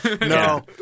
No